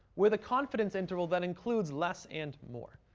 with a confidence interval that includes less and more.